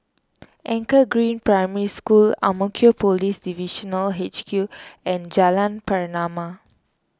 Anchor Green Primary School Ang Mo Kio Police Divisional H Q and Jalan Pernama